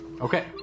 Okay